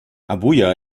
abuja